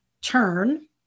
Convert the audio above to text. turn